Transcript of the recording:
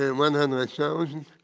and one hundred thousand,